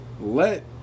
let